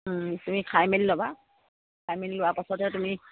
তুমি খাই মেলি ল'বা খাই মেলি লোৱাৰ পাছতে তুমি